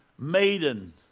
Maiden